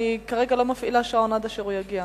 כרגע אני לא מפעילה שעון עד שהוא יגיע.